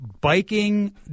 Biking